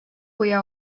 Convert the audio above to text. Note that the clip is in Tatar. куя